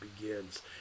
begins